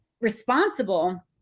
responsible